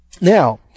Now